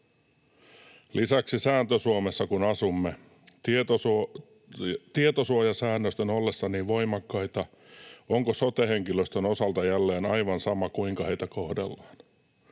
Lisäksi, sääntö-Suomessa kun asumme, tietosuojasäännösten ollessa niin voimakkaita onko sote-henkilöstön osalta jälleen aivan sama, kuinka heitä kohdellaan?